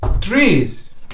trees